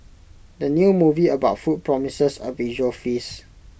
the new movie about food promises A visual feast